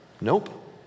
Nope